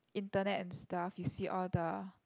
internet and stuff you see all the